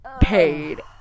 paid